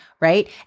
right